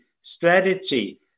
strategy